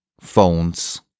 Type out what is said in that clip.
phones